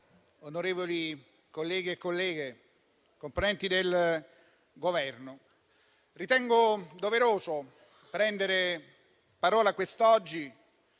onorevoli colleghi e colleghe, componenti del Governo, ritengo doveroso prendere la parola quest'oggi